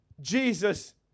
Jesus